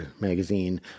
magazine